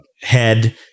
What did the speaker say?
head